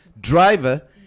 driver